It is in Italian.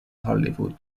hollywood